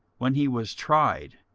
when he was tried,